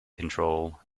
control